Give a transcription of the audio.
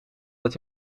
dat